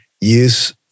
Use